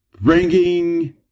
Bringing